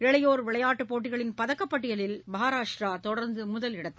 இளையோர் விளையாட்டுப் போட்டிகளின் பதக்கப் பட்டியலில் மகாராஷ்டிரா தொடர்ந்து முதலிடத்தில்